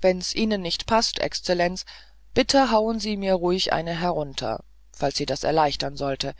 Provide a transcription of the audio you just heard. wenn's ihnen nicht paßt exzellenz bitte hauen sie mir ruhig eine herunter falls sie das erleichtern sollte